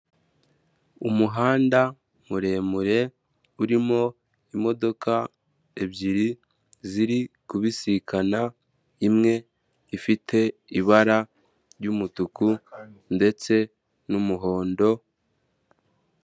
Umuhanda muremure urimo imodoka ebyiri, ziri kubisikana imwe ifite ibara ry'umutuku ndetse n'umuhondo.